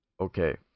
Okay